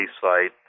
site